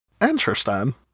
interesting